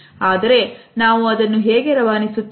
ಆದರೆ ನಾವು ಅದನ್ನು ಹೇಗೆ ರವಾನಿಸುತ್ತೇವೆ